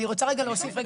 אני רוצה להוסיף.